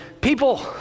people